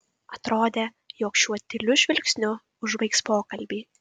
atrodė jog šiuo tyliu žvilgsniu užbaigs pokalbį